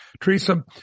Teresa